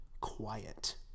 quiet